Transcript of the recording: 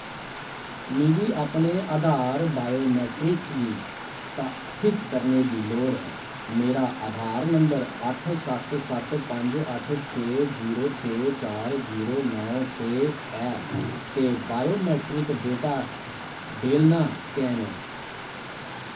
मिगी अपने आधार बायोमेट्रिक्स गी स्थापित करने दी लोड़ ऐ मेरा आधार नंबर अट्ठ सत्त सत्त पंज अट्ठ छे जीरो छे चार जीरो नौ छे ऐ ते बायोमेट्रिक डेटा डेल्ला स्कैन ऐ